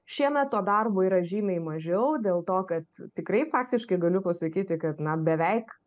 šiemet to darbo yra žymiai mažiau dėl to kad tikrai faktiškai galiu pasakyti kad na beveik